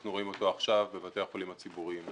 אנחנו רואים אותו עכשיו בבתי החולים הציבוריים.